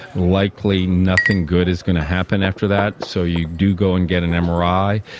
likely nothing good is going to happen after that so you do go and get an mri.